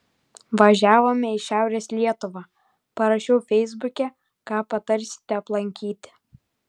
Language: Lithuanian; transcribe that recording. važiavome į šiaurės lietuvą parašiau feisbuke ką patarsite aplankyti